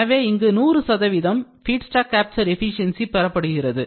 எனவே இங்கு 100 feedstock capture efficiency பெறப்படுகிறது